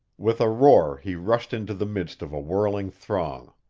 with a roar he rushed into the midst of a whirling throng.